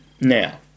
Now